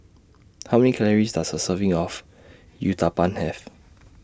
How Many Calories Does A Serving of Uthapam Have